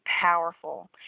powerful